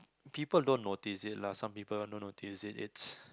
people don't notice it lah some people don't notice it it's